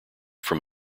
from